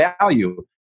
value